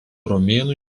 romėnų